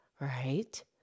Right